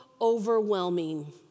overwhelming